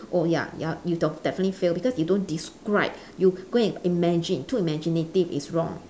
oh ya ya you d~ definitely fail because you don't describe you go and imagine too imaginative it's wrong